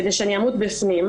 כדי שאני אמות בפנים.